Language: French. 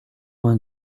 vingt